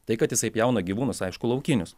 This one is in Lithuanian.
tai kad jisai pjauna gyvūnus aišku laukinius